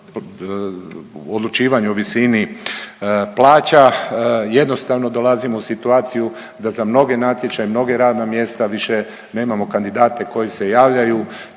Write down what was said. odlučivanju o visini plaća jednostavno dolazimo u situaciju da za mnoge natječaje, mnoga radna mjesta više nemamo kandidate koji se javljaju.